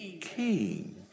king